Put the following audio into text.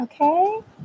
Okay